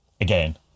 again